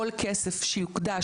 אני מבקש מכל אחד את השם והתפקיד שלו,